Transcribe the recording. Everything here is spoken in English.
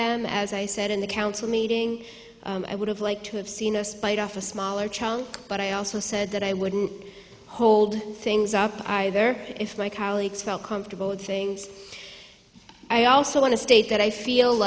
them as i said in the council meeting i would have liked to have seen a spite off a smaller child but i also said that i wouldn't hold things up either if my colleagues felt comfortable with things i also want to state that i feel